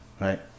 right